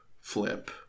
flip